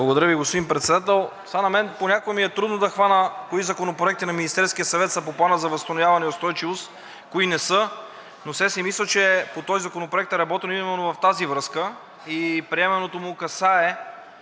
Благодаря Ви. Господин Председател, на мен понякога ми е трудно да хвана кои законопроекти на Министерския съвет са по Плана за възстановяване и устойчивост, кои не са, но все си мисля, че по този законопроект е работено именно в тази връзка и приемането му касае